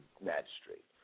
Magistrate